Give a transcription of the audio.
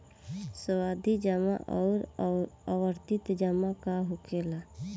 सावधि जमा आउर आवर्ती जमा का होखेला?